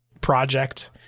project